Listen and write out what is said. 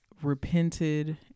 Repented